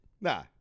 Nah